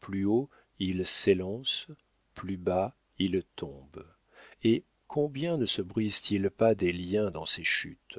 plus haut ils s'élancent plus bas ils tombent et combien ne se brise t il pas des liens dans ces chutes